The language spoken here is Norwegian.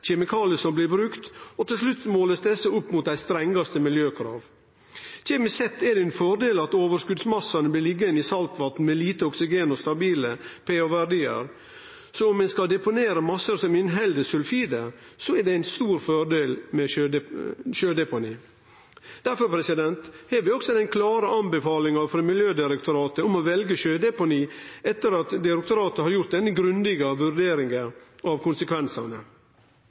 som blir brukte, og til slutt blir dette målt opp mot dei strengaste miljøkrav. Kjemisk sett er det ein fordel at overskotsmassane blir liggjande i saltvatn med lite oksygen og stabile pH-verdiar, så om ein skal deponere massar som inneheld sulfid, er det ein stor fordel med sjødeponi. Derfor har vi også den klare anbefalinga frå Miljødirektoratet om å velje sjødeponi etter at direktoratet har gjort denne grundige vurderinga av konsekvensane.